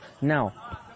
now